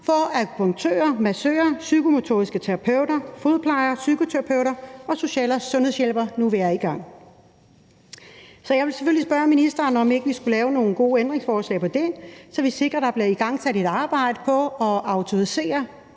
for akupunktører, massører, psykomotoriske terapeuter, fodplejere, psykoterapeuter og social- og sundhedshjælpere, nu vi er i gang. Så jeg vil selvfølgelig spørge ministeren, om ikke vi skulle lave nogle gode ændringsforslag om det, så vi sikrer, at der bliver igangsat et arbejde med at autorisere